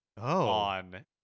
on